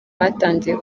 batangiye